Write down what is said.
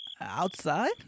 Outside